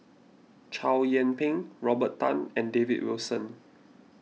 Chow Yian Ping Robert Tan and David Wilson